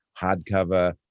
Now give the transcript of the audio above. hardcover